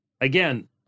Again